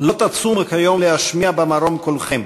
"לא תצומו כיום להשמיע במרום קולכם,